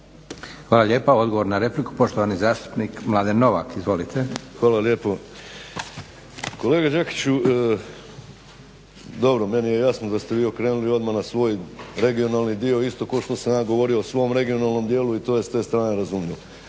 Hvala lijepa. Odgovor na repliku poštovani zastupnik Mladen Novak. Izvolite. **Novak, Mladen (Hrvatski laburisti - Stranka rada)** Hvala lijepo. Kolega Đakiću, dobro meni je jasno da ste vi okrenuli na svoj regionalni dio isto kao što sam ja govorio o svom regionalnom dijelu i to je s te strane razumljivo.